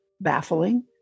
baffling